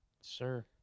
Sir